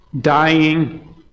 dying